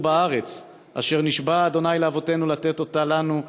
בארץ אשר נשבע ה' לאבותינו לתת אותה לנו,